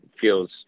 feels